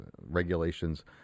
regulations